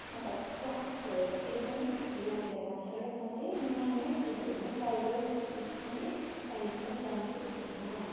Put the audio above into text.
मतलब सक्सेस भयो भने चाहिँ एकदमै खुसी लागेर जान्छ र म चाहिँ नयाँ नयाँ चिजहरू नै ट्राई गरिराख्छु जुन चाहिँ चाहिँ मैले अहिलेसम्म जानेको छैन